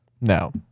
No